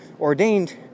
ordained